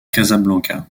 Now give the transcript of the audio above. casablanca